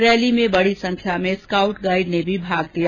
rally में बड़ी संख्या में स्काउट गाइड ने भी भाग लिया